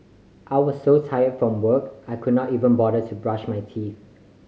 I was so tired from work I could not even bother to brush my teeth